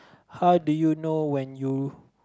how do you know when you